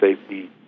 safety